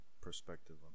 perspective